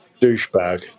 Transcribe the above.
douchebag